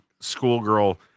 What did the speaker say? schoolgirl